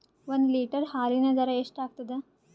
ಒಂದ್ ಲೀಟರ್ ಹಾಲಿನ ದರ ಎಷ್ಟ್ ಆಗತದ?